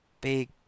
big